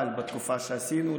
אבל בתקופה שעשינו,